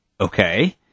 okay